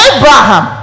Abraham